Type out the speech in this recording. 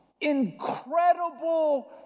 incredible